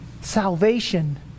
salvation